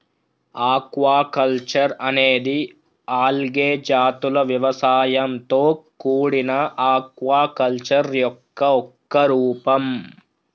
aquaculture అనేది algae జాతుల వ్యవసాయంతో కూడిన ఆక్వాకల్చర్ యొక్క ఒక రూపం